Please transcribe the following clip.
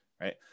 Right